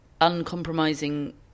uncompromising